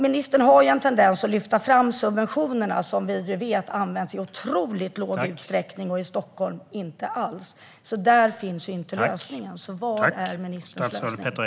Ministern har en tendens att lyfta fram subventionerna, som vi ju vet används i otroligt låg utsträckning - i Stockholm inte alls. Där finns inte lösningen, så vad är ministerns lösning?